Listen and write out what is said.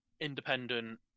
independent